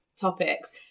topics